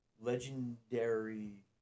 legendary